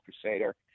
crusader